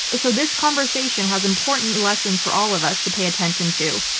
but so this conversation has important lessons for all of us to pay attention to.